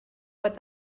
what